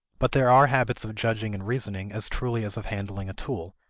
but there are habits of judging and reasoning as truly as of handling a tool,